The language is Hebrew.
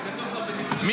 אני רוצה לעלות.